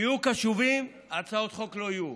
תהיו קשובים, הצעות חוק לא יהיו.